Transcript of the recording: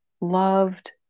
loved